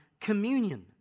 communion